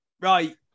Right